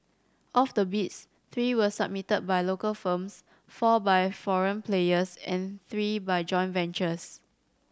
of the bids three were submitted by local firms four by foreign players and three by joint ventures